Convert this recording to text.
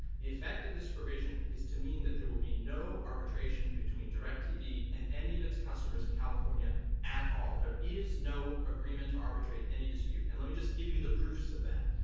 the effect of this provision is to mean that there will be no arbitration between directv and any of its customers in california at all. there is no agreement to arbitrate any dispute. and let me just give you the proofs of that.